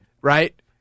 right